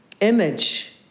image